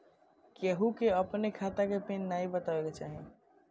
केहू के अपनी खाता के पिन नाइ बतावे के चाही